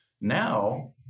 Now